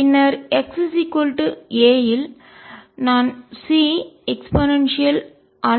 பின்னர் x a இல் நான் C eαa D e αa